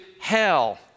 hell